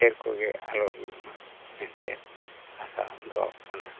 ᱮᱥᱮᱨ ᱠᱚᱜᱮ ᱟᱞᱚ ᱦᱩᱭᱩᱜ ᱢᱟ ᱢᱮᱱᱛᱮ ᱟᱥᱟ ᱫᱚᱦᱚᱜ ᱠᱟᱱᱟ